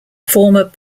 former